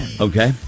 Okay